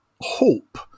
hope